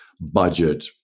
budget